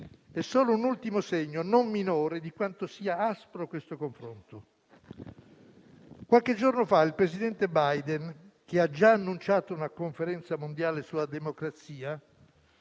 è solo un ultimo segno, non minore, di quanto sia aspro questo confronto. Qualche giorno fa il presidente Biden, che ha già annunciato una conferenza mondiale sulla democrazia,